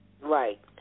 Right